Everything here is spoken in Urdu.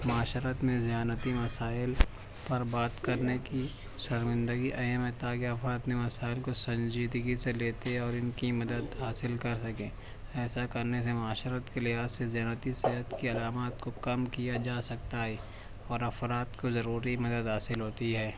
معاشرت میں ذہانتی مسائل پر بات کرنے کی شرمندگی اہم ہے تاکہ افراد اپنے مسائل کو سنجیدگی سے لیتے اور ان کی مدد حاصل کر سکیں ایسا کرنے سے معاشرت کے لحاذ سے ذہانتی صحت کے علامات کو کم کیا جا سکتا ہے اور افراد کو ضروری مدد حاصل ہوتی ہے